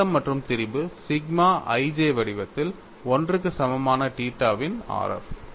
அழுத்தம் மற்றும் திரிபு சிக்மா i j வடிவத்தில் 1 க்கு சமமான தீட்டாவின் r f